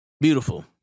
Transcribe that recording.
Beautiful